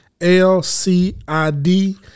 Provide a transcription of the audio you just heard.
L-C-I-D